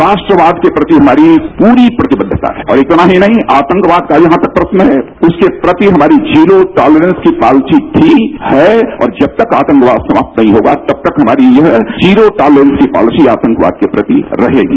राष्ट्रवाद के प्रति हमारी पूरी प्रतिबद्वता है और इतना ही नहीं आतंकवाद का जहां तक प्रश्न है उसके प्रति हमारी जीरो टॉलरेन्स की पॉलिसी थी है और जब तक आतंकवाद समाप्त नहीं होगा तब तक हमारी यह जीरो टॉलरेन्स की पॉलिसी आतंकवाद के प्रति रहेगी